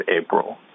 April